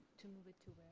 to move it to